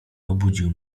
obudził